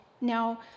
Now